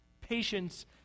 Patience